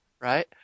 Right